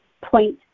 point